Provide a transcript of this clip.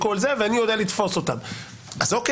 א',